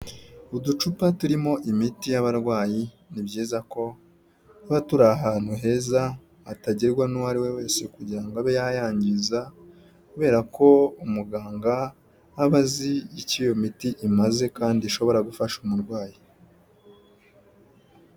Uducupa turimo imiti y'abarwayi, ni byiza ko tuba turi ahantu heza hatagerwa nuwo ariwe wese kugira ngo abe yayangiza kubera ko umuganga aba azi icyo iyo miti imaze kandi ishobora gufasha umurwayi.